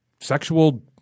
sexual